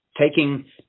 Taking